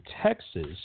Texas